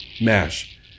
Mash